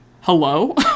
Hello